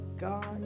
God